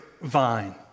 vine